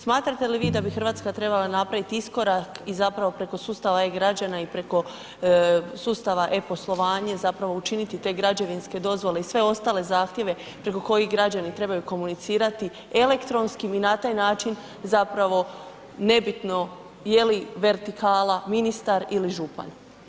Smatrate li vi da bi Hrvatska trebala napravit iskorak i zapravo preko sustava e-građana i preko sustava e-poslovanje zapravo učiniti te građevinske dozvole i sve ostale zahtjeve preko kojih građani trebaju komunicirati elektronskim i na taj način zapravo nebitno je li vertikala ministar ili župan.